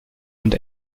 und